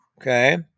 Okay